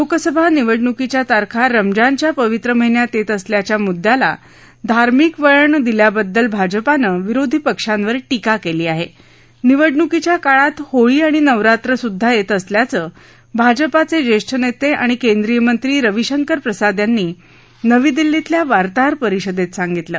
लोकसभा निवडणुकीच्या तारखा रमझानच्या पवित्र महिन्यात यत्तअसल्याच्या मुद्द्याला धार्मिक वळण दिल्याबद्दल भाजपानं विरोधी पक्षांवर टीका कली आह निवडणुकीच्या काळात होळी आणि नवरात्रसुद्धा येत असल्याचं भाजपाचज्यिष्ठ नक्तिओणि केंद्रीय मंत्री रविशंकर प्रसाद यांनी नवी दिल्लीतल्या वार्ताहर परिषदक्त सांगितलं